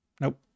Nope